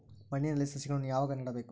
ಮಣ್ಣಿನಲ್ಲಿ ಸಸಿಗಳನ್ನು ಯಾವಾಗ ನೆಡಬೇಕು?